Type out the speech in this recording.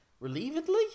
relievedly